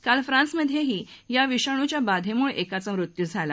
काल फ्रान्समध्येही याविषाणूच्या बाधेमुळे एकाचा मृत्यू झाला